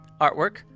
Artwork